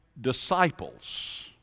disciples